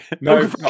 No